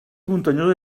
muntanyosa